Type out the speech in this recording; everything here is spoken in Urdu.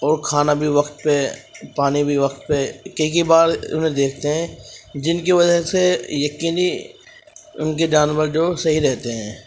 اور کھانا بھی وقت پہ پانی بھی وقت پہ کئی کئی بار انہیں دیکھتے ہیں جن کی وجہ سے یقینی ان کے جانور جو صحیح رہتے ہیں